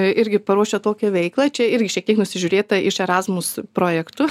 irgi paruošę tokią veiklą čia irgi šiek tiek nusižiūrėta iš erasmus projektų